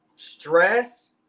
Stress